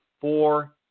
four